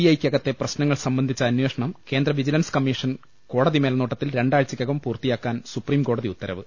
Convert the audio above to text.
I യ്ക്കകത്തെ പ്രശ്നങ്ങൾ സംബന്ധിച്ച അന്വേഷണം കേന്ദ്ര വിജിലൻസ് കമ്മീഷൻ കോടതി മേൽനോട്ടത്തിൽ രണ്ടാഴ്ച യ്ക്കകം പൂർത്തിയാക്കൻ സുപ്രീംകോടതി ഉത്തരവ്